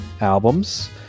albums